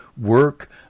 Work